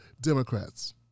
Democrats